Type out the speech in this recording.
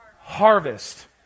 harvest